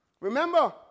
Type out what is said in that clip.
Remember